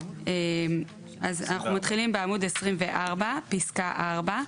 אנחנו מתחילים בעמוד 24 פסקה 4,